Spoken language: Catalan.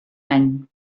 any